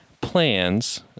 plans